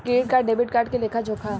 credit card debit card के लेखा होला